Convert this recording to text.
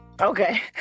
Okay